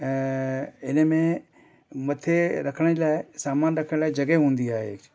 ऐं हिन में मथे रखण लाइ सामान रखण लाइ जॻह हूंदी आहे